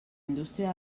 indústria